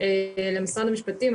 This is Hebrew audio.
למשרד המשפטים.